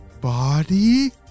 body